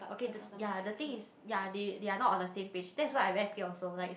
okay the yea the thing is yea they they are not on the same page that is why I very scared also like